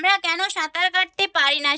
আমরা কেন সাঁতার কাটতে পারি না